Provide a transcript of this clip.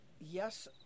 yes